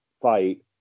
fight